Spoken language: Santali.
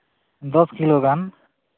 ᱫᱚᱥ ᱠᱤᱞᱳ ᱜᱟᱱ